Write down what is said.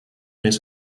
més